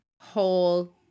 whole